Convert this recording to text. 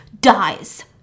dies